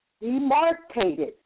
Demarcated